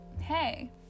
Hey